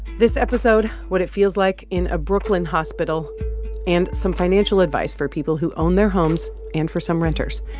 this episode what it feels like in a brooklyn hospital and some financial advice for people who own their homes and for some renters.